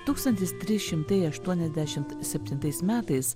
tūkstantis trys šimtai aštuoniasdešimt septintais metais